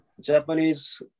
Japanese